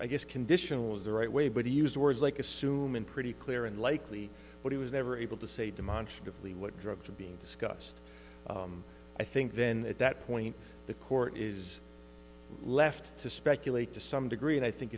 i guess condition was the right way but he used words like assume and pretty clear unlikely but he was never able to say demonstrably what drugs are being discussed i think then at that point the court is left to speculate to some degree and i think